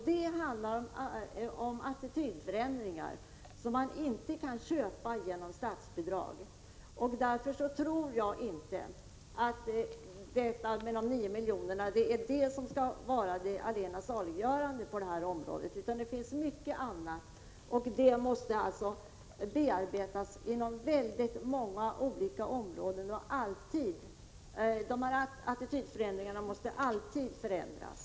Det handlar om attitydförändringar som man inte kan köpa med statsbidrag. Därför tror jag inte att de 9 miljonerna är allena saliggörande på det här området. Det är mycket annat som måste till; bl.a. måste attityderna alltid förändras.